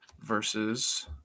versus